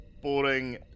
boring